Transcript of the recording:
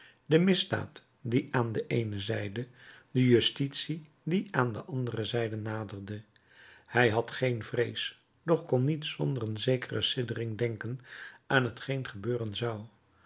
de misdaad die aan de eene zijde de justitie die aan de andere zijde naderde hij had geen vrees doch kon niet zonder een zekere siddering denken aan t geen gebeuren zou